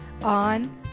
on